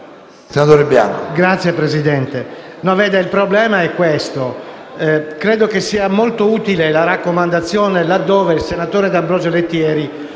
Senatore Bianco,